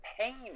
pain